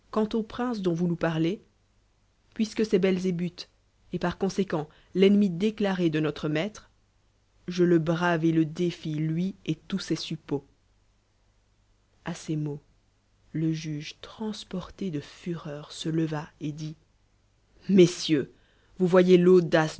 au prpce dont vous nous parlez puisque c'est belzébut et par conléqent l'ennemi déclaré de doue maitre je le brave et le défie lai ci tous ses supptlts a ces mots le juge transporté de fureur se leva et dit i iessieurs vous voyez l'audace